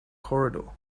corridor